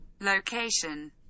Location